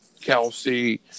Kelsey